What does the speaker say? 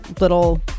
little